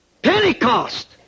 Pentecost